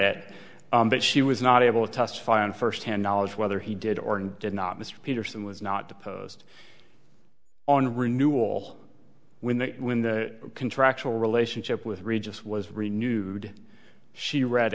it but she was not able to testify on first hand knowledge whether he did or did not mr peterson was not deposed on renewal when the contractual relationship with regis was renewed she read